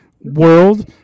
world